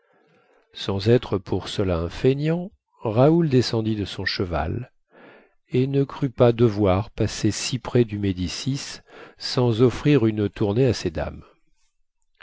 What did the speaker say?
sans être pour cela un feignant raoul descendit de son cheval et ne crut pas devoir passer si près du médicis sans offrir une tournée à ces dames